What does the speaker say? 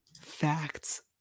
Facts